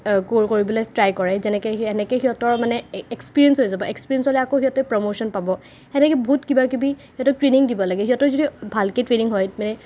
কৰিবলৈ ট্ৰাই কৰে যেনেকে সেই এনেকে সিহঁতৰ মানে এক্সপিৰিয়েঞ্চ হৈ যাব এক্সপিৰিয়েঞ্চ হ'লে সিহঁতে আকৌ প্ৰমচন পাব হেনেকে বহুত কিবাকিবি সিহঁতক ট্ৰেইনিং দিব লাগে সিহঁতক যদি ভালকে ট্ৰেইনিং হয় তে